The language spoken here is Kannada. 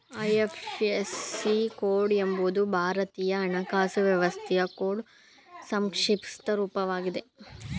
ಐ.ಎಫ್.ಎಸ್.ಸಿ ಕೋಡ್ ಎಂಬುದು ಭಾರತೀಯ ಹಣಕಾಸು ವ್ಯವಸ್ಥೆಯ ಕೋಡ್ನ್ ಸಂಕ್ಷಿಪ್ತ ರೂಪವಾಗಿದೆ